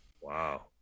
Wow